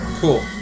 cool